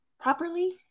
properly